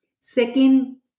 Second